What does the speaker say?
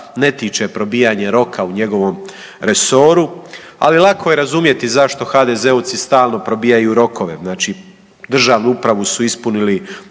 ne tiče probijanje roka u njegovom resoru, ali lako je razumjeti zašto HDZ-ovci stalno probijaju rokove. Znači, državnu upravu su ispunili